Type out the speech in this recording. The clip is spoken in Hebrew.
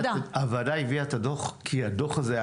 הוועדה הביאה את הדוח כי הדוח הזה היה